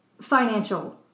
financial